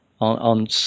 on